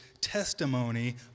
testimony